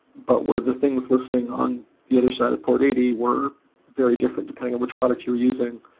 but were the things lis tening on the other side of port eighty were very different depending on which product you were using,